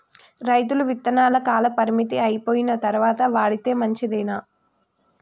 రైతులు విత్తనాల కాలపరిమితి అయిపోయిన తరువాత వాడితే మంచిదేనా?